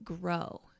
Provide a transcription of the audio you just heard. grow